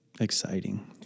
exciting